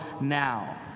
now